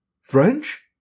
French